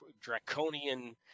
draconian –